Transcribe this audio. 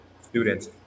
students